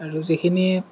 আৰু যিখিনি